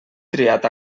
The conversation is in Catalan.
triat